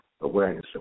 awareness